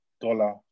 dollar